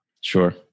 Sure